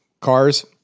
cars